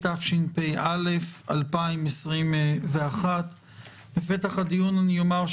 התשפ"א 2021. בפתח הדיון אני אומר,